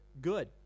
good